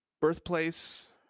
birthplace